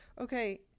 Okay